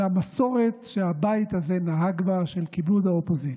למסורת שהבית הזה נהג בה של כיבוד האופוזיציה.